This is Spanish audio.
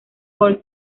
por